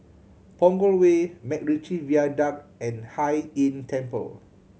Punggol Way MacRitchie Viaduct and Hai Inn Temple